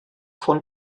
von